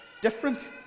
different